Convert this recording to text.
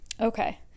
Okay